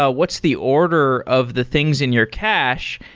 ah what's the order of the things in your cache?